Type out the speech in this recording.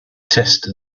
test